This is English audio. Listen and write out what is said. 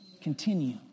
Continue